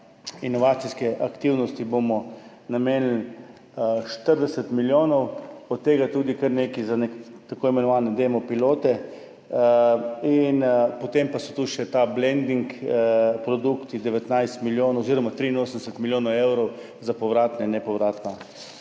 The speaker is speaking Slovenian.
inovacijske aktivnosti bomo namenili 40 milijonov, od tega je tudi kar nekaj za tako imenovane demo pilote, potem pa so tu še ti blending produkti, 19 milijonov oziroma 83 milijonov evrov za povratna in nepovratna